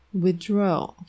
Withdraw